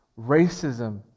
Racism